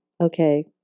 Okay